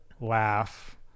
laugh